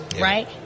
right